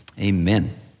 amen